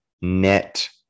net